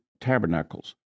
tabernacles